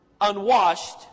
unwashed